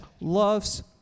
loves